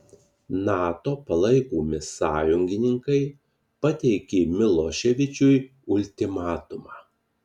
nato palaikomi sąjungininkai pateikė miloševičiui ultimatumą